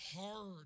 hard